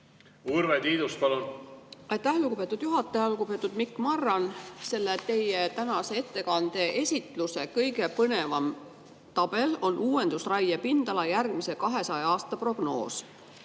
Urve Tiidus, palun! Aitäh, lugupeetud juhataja! Lugupeetud Mikk Marran! Teie tänase ettekande kõige põnevam tabel on "Uuendusraie pindala järgmise 200 aasta prognoos".